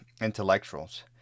intellectuals